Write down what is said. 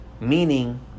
meaning